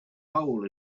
hole